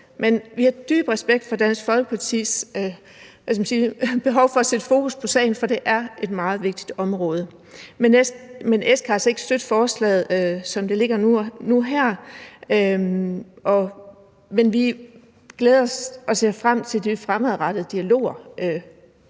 Men vi har dyb respekt for Dansk Folkepartis behov for at sætte fokus på sagen, for det er et meget vigtigt område. Men S kan altså ikke støtte forslaget, som det ligger nu her, men vi glæder os og ser frem til de fremadrettede dialoger